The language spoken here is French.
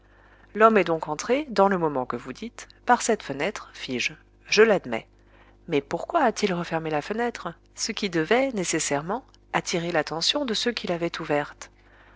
l'homme est donc entré dans le moment que vous dites par cette fenêtre fis-je je l'admets mais pourquoi at-il refermé la fenêtre ce qui devait nécessairement attirer l'attention de ceux qui l'avaient ouverte